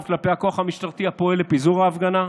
כלפי הכוח המשטרתי הפועל לפיזור ההפגנה,